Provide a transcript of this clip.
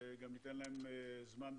גם ניתן להם זמן דיבור.